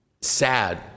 sad